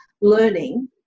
learning